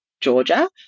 georgia